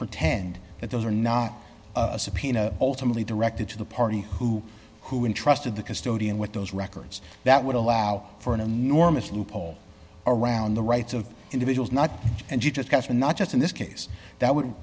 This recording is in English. pretend that those are not a subpoena ultimately directed to the party who who intrusted the custodian with those records that would allow for an enormous loophole around the rights of individuals not and you just question not just in this case that would